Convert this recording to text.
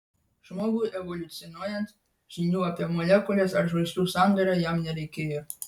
žmogui evoliucionuojant žinių apie molekules ar žvaigždžių sandarą jam nereikėjo